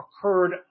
occurred